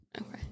Okay